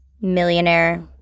millionaire